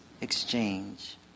exchange